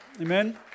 Amen